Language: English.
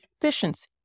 efficiency